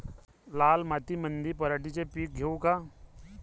लाल मातीमंदी पराटीचे पीक घेऊ का?